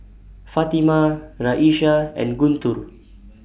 Fatimah Raisya and Guntur